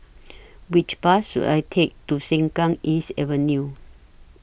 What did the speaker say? Which Bus should I Take to Sengkang East Avenue